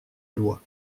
lois